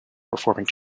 performing